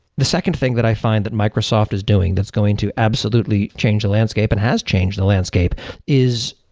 the second thing that i find that microsoft is doing that's going to absolutely change the landscape and has changed the landscape is,